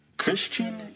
Christian